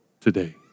today